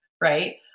Right